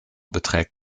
beträgt